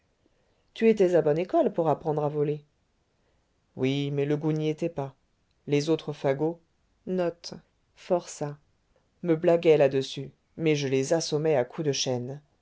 tu étais à bonne école pour apprendre à voler oui mais le goût n'y était pas les autres fagots me blaguaient là-dessus mais je les assommais à coups de chaîne